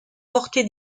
porté